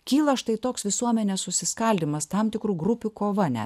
kyla štai toks visuomenės susiskaldymas tam tikrų grupių kova net